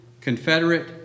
Confederate